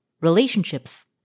relationships